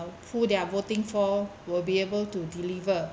who they are voting for will be able to deliver